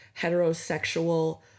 heterosexual